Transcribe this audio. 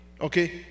okay